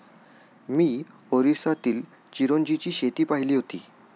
मी ओरिसातील चिरोंजीची शेती पाहिली होती